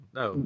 no